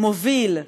מוביל,